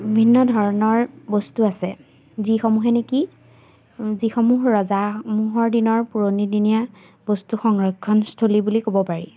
বিভিন্ন ধৰণৰ বস্তু আছে যিসমূহে নেকি যিসমূহ ৰজাসমূহৰ দিনৰ পুৰণিদিনীয়া বস্তু সংৰক্ষণস্থলী বুলি ক'ব পাৰি